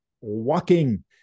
Walking